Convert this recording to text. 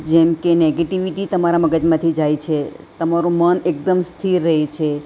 જેમ કે નેગેટિવિટી તમારા મગજમાંથી જાય છે તમારું મન એકદમ સ્થિર રહે છે